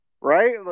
Right